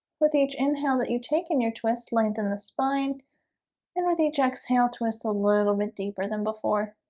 with each inhale that you take in your twist lengthen the spine and with each exhale twist a little bit deeper than before